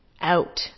out